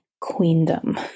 queendom